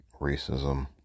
racism